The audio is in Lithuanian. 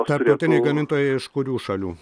tarptautiniai gamintojai iš kurių šalių